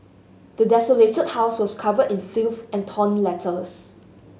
the desolated house was covered in filth and torn letters